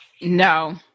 No